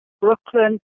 Brooklyn